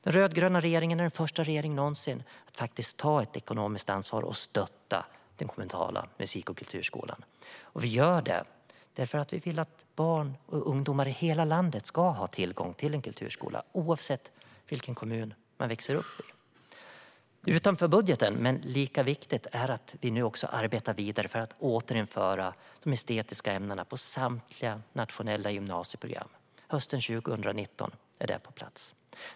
Den rödgröna regeringen är den första regeringen någonsin att ta ett ekonomiskt ansvar och stötta den kommunala musik och kulturskolan. Vi gör det därför att vi vill att barn och ungdomar i hela landet ska ha tillgång till en kulturskola oavsett vilken kommun man växer upp i. Lika viktigt är det att utanför budgeten arbeta vidare för att återinföra de estetiska ämnena på samtliga nationella gymnasieprogram. Hösten 2019 är det på plats.